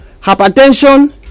Hypertension